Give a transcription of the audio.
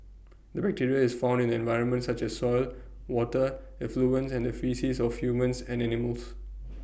the bacteria is found in the environment such as soil water effluents and the faeces of humans and animals